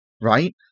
right